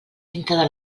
dintre